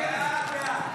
התשפ"ה 2024,